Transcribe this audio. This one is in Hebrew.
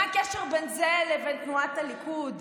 מה הקשר בין זה לבין תנועת הליכוד?